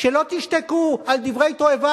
שלא תשתקו על דברי תועבה,